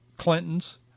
Clintons